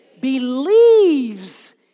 believes